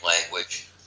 language